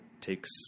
takes